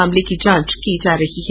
मामले की जांच की जा रही है